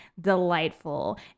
delightful